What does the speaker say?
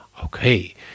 Okay